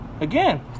Again